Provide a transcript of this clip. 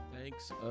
Thanks